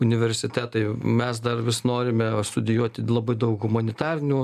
universitetai mes dar vis norime studijuoti labai daug humanitarinių